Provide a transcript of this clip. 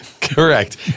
Correct